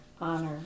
honor